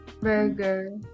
Burger